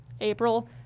april